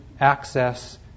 access